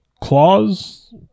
claws